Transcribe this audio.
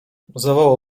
zawołał